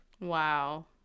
Wow